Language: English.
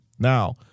Now